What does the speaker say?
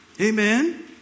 Amen